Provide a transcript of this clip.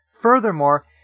Furthermore